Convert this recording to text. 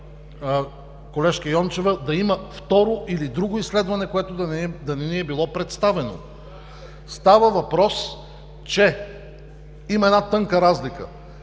колежке Йончева, да има второ или друго изследване, което да не ни е било представено. Има една тънка разлика